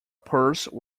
purse